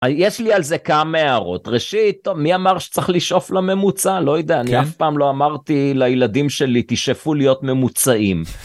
יש לי על זה כמה הערות ראשית מי אמר שצריך לשאוף לממוצע לא יודע אני אף פעם לא אמרתי לילדים שלי תשאפו להיות ממוצעים.